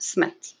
Smith